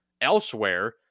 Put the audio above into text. elsewhere